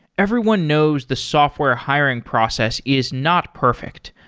everyone knows the software hiring process is not perfect.